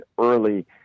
early